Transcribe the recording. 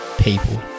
people